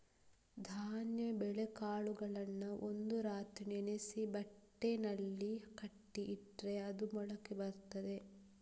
ಧಾನ್ಯ ಬೇಳೆಕಾಳುಗಳನ್ನ ಒಂದು ರಾತ್ರಿ ನೆನೆಸಿ ಬಟ್ಟೆನಲ್ಲಿ ಕಟ್ಟಿ ಇಟ್ರೆ ಅದು ಮೊಳಕೆ ಬರ್ತದೆ